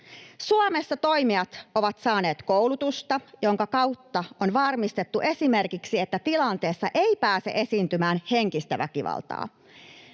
Suomessa toimijat ovat saaneet koulutusta, jonka kautta on varmistettu esimerkiksi, että tilanteessa ei pääse esiintymään henkistä väkivaltaa.